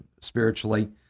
spiritually